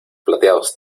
plateados